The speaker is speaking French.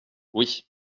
oui